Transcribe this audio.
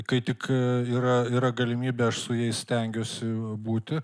kai tik yra galimybė aš su jais stengiuosi būti